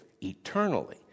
eternally